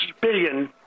billion